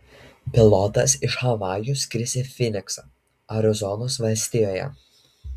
pilotas iš havajų skris į fyniksą arizonos valstijoje